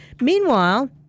Meanwhile